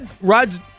Rod